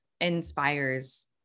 inspires